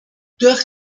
durch